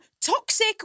Toxic